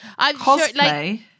Cosplay